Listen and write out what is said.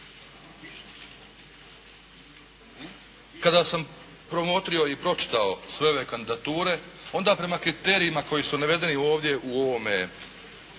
Kada sam promotrio i pročitao sve ove kandidature, onda prema kriterijima koji su navedeni ovdje u ovome